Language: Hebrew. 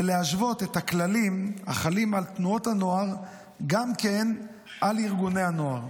ולהשוות את הכללים החלים על תנועות הנוער גם כן על ארגוני הנוער.